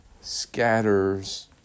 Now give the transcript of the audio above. scatters